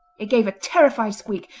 it gave a terrified squeak,